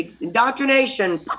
Indoctrination